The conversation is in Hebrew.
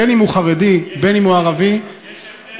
בין שהוא חרדי בין שהוא ערבי, יש הבדל.